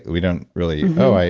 we don't really, oh,